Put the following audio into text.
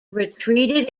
retreated